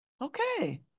Okay